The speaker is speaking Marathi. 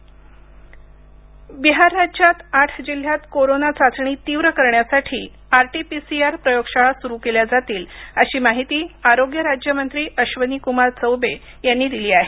बिहार प्रयोगशाळा बिहार राज्यात आठ जिल्ह्यात कोरोना चाचणी तीव्र करण्यासाठी R T P C R प्रयोगशाळा सुरू केल्या जातील अशी माहिती आरोग्यराज्यमंत्री अश्वनी कुमार चौबे यांनी दिली आहे